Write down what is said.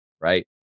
right